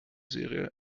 serie